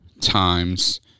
times